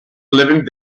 living